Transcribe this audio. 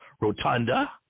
rotunda